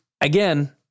Again